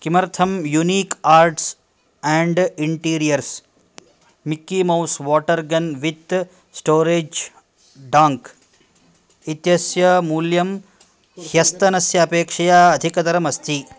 किमर्थं unique arts and interiors Mickey Mouse water gun with storage tank इत्यस्य मूल्यं ह्यस्तनस्य अपेक्षया अधिकतरम् अस्ति